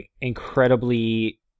incredibly